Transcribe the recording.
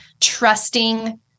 trusting